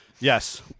Yes